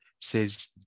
says